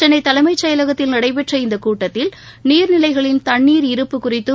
சென்னை தலைமைச் செயலகத்தில் நடைபெற்ற இந்த கூட்டத்தில் நீர் நிலைகளின் தண்ணீர் இருப்பு குறித்தும்